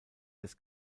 des